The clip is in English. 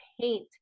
paint